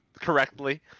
correctly